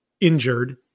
injured